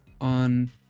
on